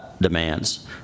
demands